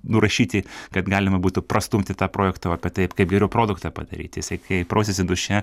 nurašyti kad galima būtų prastumti tą projektą o apie taip kaip geriau produktą padaryti jisai kai prausiasi duše